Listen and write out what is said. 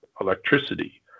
electricity